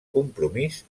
compromís